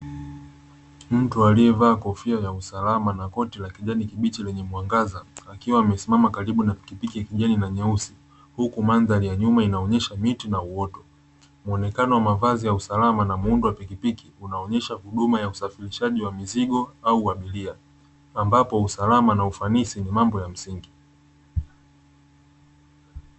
Mtu alivalia kofia za usalama na koti la kijani kibichi lenye mwagaza akiwa amesimama karibu na pikipiki ya kijani na nyeusi huku mandhari ya nyuma inaonyesha miti na uoto, muonekano wa usalama na muundo wa pikipiki unaonyesha huduma ya usafirishaji wa mizigo au abiria amabapo usalama na ufanisi ni mambo ya msingi.